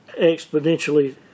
exponentially